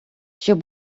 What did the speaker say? щоб